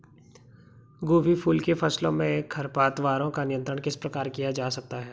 गोभी फूल की फसलों में खरपतवारों का नियंत्रण किस प्रकार किया जा सकता है?